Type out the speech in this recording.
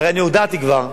הרי אני הודעתי כבר,